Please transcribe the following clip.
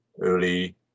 early